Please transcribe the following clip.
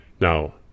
Now